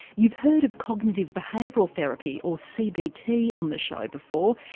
you've heard of cognitive behavioural therapy or cbt on the show before,